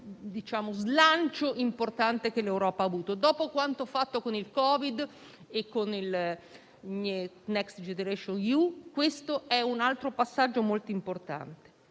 questo slancio importante che l'Europa ha avuto; dopo quanto fatto con il Covid e con il Next generation EU, questo è un altro passaggio molto importante.